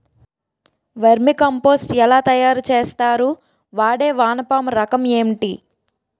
Vermi compost ఎలా తయారు చేస్తారు? వాడే వానపము రకం ఏంటి?